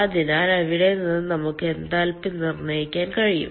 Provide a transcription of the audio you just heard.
അതിനാൽ അവിടെ നിന്ന് നമുക്ക് എൻതാൽപ്പി നിർണ്ണയിക്കാൻ കഴിയും